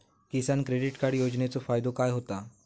किसान credit card योजनेचो फायदो काय होता?